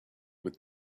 with